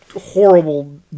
horrible